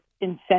incentive